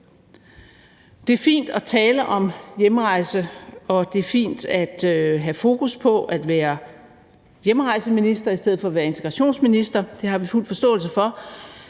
Det er fint at tale om hjemrejse, og det er fint at have fokus på at være hjemrejseminister i stedet for at være integrationsminister. Det har vi fuld forståelse for.